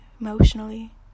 emotionally